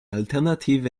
alternative